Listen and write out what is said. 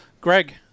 Greg